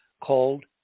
called